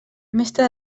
mestre